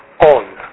on